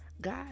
God